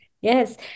Yes